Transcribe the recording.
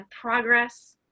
progress